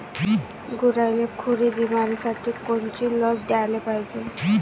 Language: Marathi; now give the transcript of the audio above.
गुरांइले खुरी बिमारीसाठी कोनची लस द्याले पायजे?